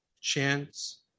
chance